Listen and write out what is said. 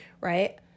right